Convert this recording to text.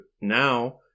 now